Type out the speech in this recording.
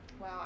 Wow